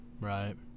right